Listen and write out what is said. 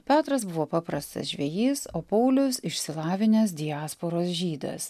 petras buvo paprastas žvejys o paulius išsilavinęs diasporos žydas